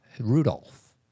rudolph